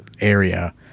area